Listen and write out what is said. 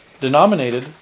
denominated